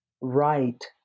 right